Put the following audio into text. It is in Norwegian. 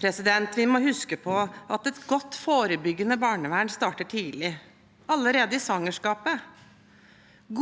til barna. Vi må huske på at et godt forebyggende barnevern starter tidlig, allerede i svangerskapet.